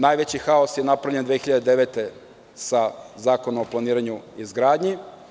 Najveći haos je napravljen 2009. godine sa Zakonom o planiranju i izgradnji.